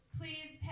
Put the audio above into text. please